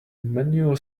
manual